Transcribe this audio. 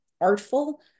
artful